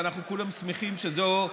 ואנחנו כולם שמחים שזו,